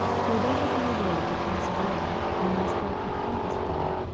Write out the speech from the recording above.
for they had no way to pass away, unless thou upheldest them.